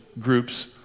groups